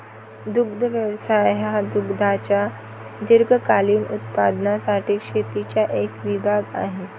दुग्ध व्यवसाय हा दुधाच्या दीर्घकालीन उत्पादनासाठी शेतीचा एक विभाग आहे